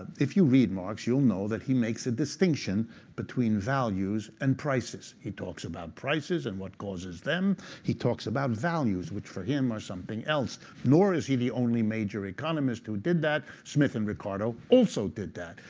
if you read marx, you'll know that he makes a distinction between values and prices. he talks about prices and what causes them. he talks about values, which for him, are something else. nor is he the only major economist who did that. smith and ricardo also did that.